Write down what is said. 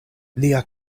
lia